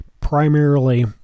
primarily